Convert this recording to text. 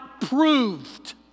proved